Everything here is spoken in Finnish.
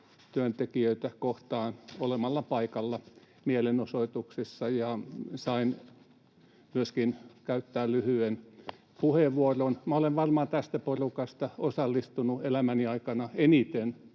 työntekijöitä kohtaan olemalla paikalla mielenosoituksessa, ja sain myöskin käyttää lyhyen puheenvuoron. Minä olen varmaan tästä porukasta osallistunut elämäni aikana eniten